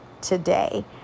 today